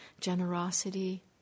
generosity